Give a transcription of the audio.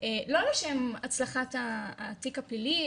לא לשם הצלחת התיק הפלילי,